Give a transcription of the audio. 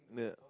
yeah